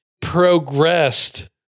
progressed